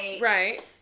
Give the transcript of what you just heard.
Right